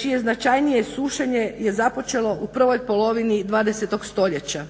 čije značajnije sušenje je započelo u prvoj polovini 20. stoljeća.